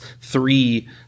three